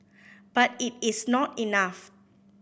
but it is not enough